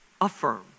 Affirm